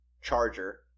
Charger